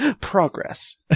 progress